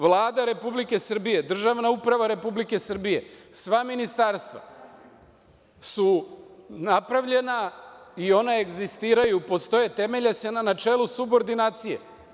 Vlada Republike Srbije, državna uprava Republike Srbije, sva ministarstva su napravljena i ona egzistiraju, postoje, temelje se na načelu subordinacije.